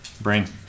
brain